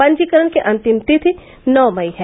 पंजीकरण की अंतिम तिथि नौ मई है